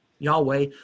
Yahweh